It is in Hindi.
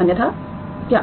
अन्यथा क्या